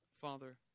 Father